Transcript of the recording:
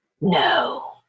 No